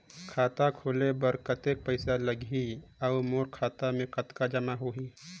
खाता खोले बर कतेक पइसा लगही? अउ मोर खाता मे कतका जमा होही?